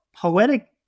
poetic